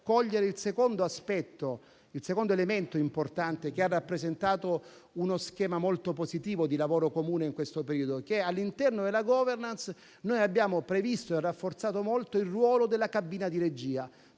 cogliere il secondo elemento importante che ha rappresentato uno schema molto positivo di lavoro comune in questo periodo. All'interno della *governance* noi abbiamo previsto e rafforzato molto il ruolo della cabina di regia.